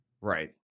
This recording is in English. right